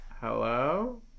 Hello